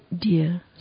dear